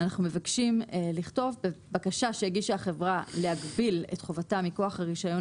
אנחנו מבקשים שיבוא "בקשה שהגישה החברה להגביל את חובתה מכוח הרישיון